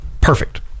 perfect